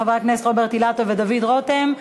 חברי הכנסת רוברט אילטוב ודוד רותם.